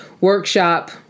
workshop